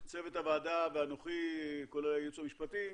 צוות הוועדה ואנוכי כולל הייעוץ המשפטי,